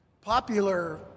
popular